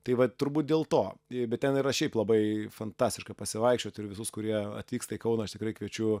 tai va turbūt dėl to bet ten yra šiaip labai fantastiška pasivaikščiot ir visus kurie atvyksta į kauną aš tikrai kviečiu